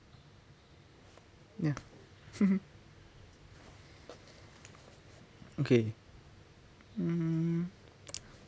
ya okay hmm